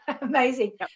Amazing